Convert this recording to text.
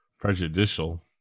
prejudicial